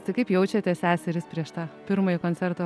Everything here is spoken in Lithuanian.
tai kaip jaučiatės seserys prieš tą pirmąjį koncertą